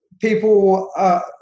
people